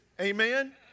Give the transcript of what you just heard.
amen